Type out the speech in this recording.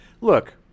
look